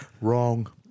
wrong